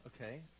okay